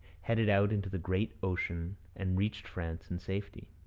headed out into the great ocean, and reached france in safety.